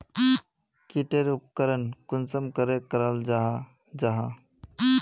की टेर उपकरण कुंसम करे कराल जाहा जाहा?